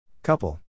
Couple